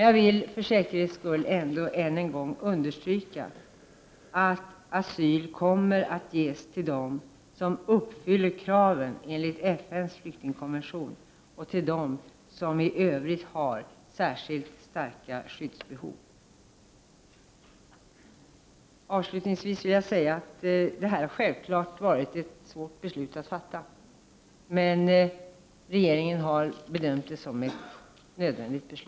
Jag vill för säkerhets skull än en gång understryka att asyl kommer att ges till dem som uppfyller kraven enligt FN:s flyktingkonvention och till dem som i övrigt har särskilt starka skyddsbehov. Avslutningsvis vill jag säga att det självfallet har varit ett svårt beslut att fatta, men regeringen har bedömt det som ett nödvändigt beslut.